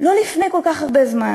לא לפני כל כך הרבה זמן,